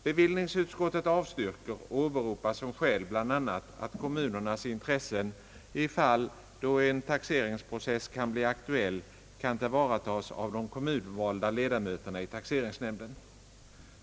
Bevillningsutskottet avstyrker och åberopar som skäl bl.a. att kommunernas intressen i fall då en taxeringsprocess blir aktuell kan tillvaratas av de kommunvalda ledamöterna i taxeringsnämnden.